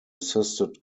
assisted